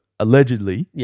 Allegedly